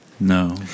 No